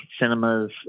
cinemas